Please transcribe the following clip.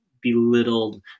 belittled